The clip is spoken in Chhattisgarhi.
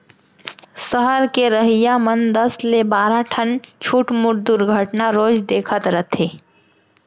सहर के रहइया मन दस ले बारा ठन छुटमुट दुरघटना रोज देखत रथें